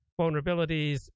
vulnerabilities